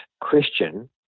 Christian